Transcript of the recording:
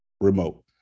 remote